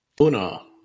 Una